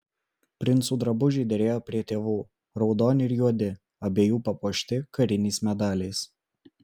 princų drabužiai derėjo prie tėvų raudoni ir juodi abiejų papuošti kariniais medaliais